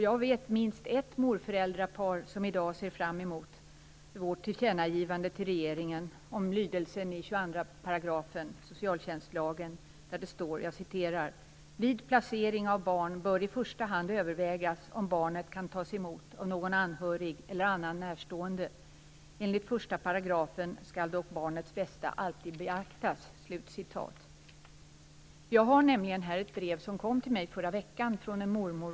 Jag vet minst ett morföräldrapar som i dag ser fram emot vårt tillkännagivande till regeringen om lydelsen i 22 § socialtjänstlagen, där det står: "Vid placering av barn bör i första hand övervägas om barnet kan tas emot av någon anhörig eller annan närstående. Enligt 1 § skall dock barnets bästa alltid beaktas." Jag har nämligen här ett brev från en mormor, som kom till mig i förra veckan.